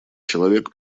человек